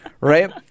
Right